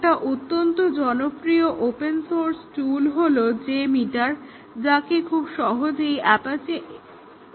একটা অত্যন্ত জনপ্রিয় ওপেন সোর্স টুল হলো J মিটার যাকে খুব সহজেই অ্যাপাচি ওয়েবসাইট থেকে ইন্সটল করা যায় এবং টেস্ট করা যায়